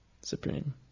supreme